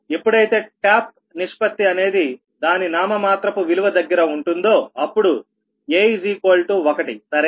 ఎప్పుడైతే టాప్ నిష్పత్తి అనేది దాని నామమాత్రపు విలువ దగ్గర ఉంటుందో అప్పుడు a1సరేనా